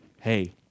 Hey